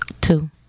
Two